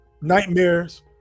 nightmares